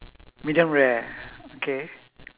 medium rare okay